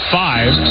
five